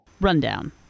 Rundown